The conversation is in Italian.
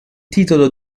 titolo